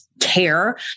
care